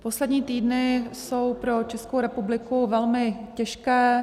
Poslední týdny jsou pro Českou republiku velmi těžké.